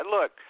Look